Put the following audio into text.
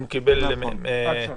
אם הוא קיבל -- עד שלושה.